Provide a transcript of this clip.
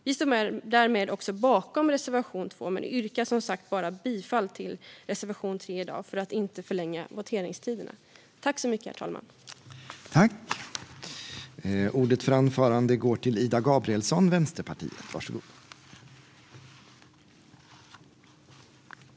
Vi står därmed bakom även reservation 2, men för att inte förlänga voteringstiderna yrkar jag bifall enbart till reservation 3.